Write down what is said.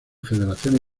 federaciones